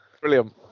Brilliant